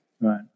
Right